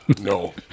No